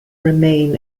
remain